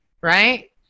right